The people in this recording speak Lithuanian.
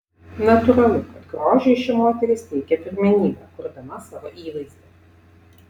natūralu kad grožiui ši moteris teikia pirmenybę kurdama savo įvaizdį